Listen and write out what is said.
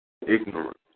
ignorance